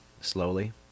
slowly